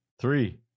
three